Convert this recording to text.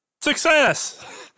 Success